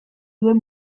duen